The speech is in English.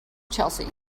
chelsea